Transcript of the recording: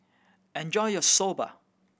enjoy your Soba